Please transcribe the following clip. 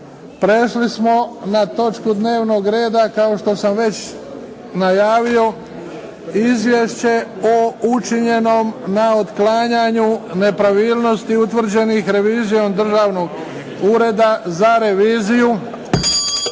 Prešli smo na točku dnevnog reda, kao što sam već najavio Izvješće o učinjenom na otklanjanju nepravilnosti utvrđenih revizijom Državnog ureda za reviziju